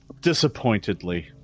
disappointedly